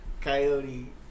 Coyote